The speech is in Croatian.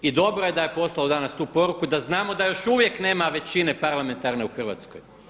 I dobro je da je poslao danas tu poruku i da znamo da još uvijek nema većine parlamentarne u Hrvatskoj.